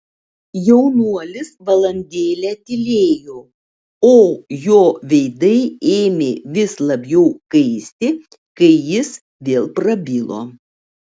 jaunuolis valandėlę tylėjo o jo veidai ėmė vis labiau kaisti kai jis vėl prabilo